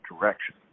direction